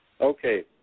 Okay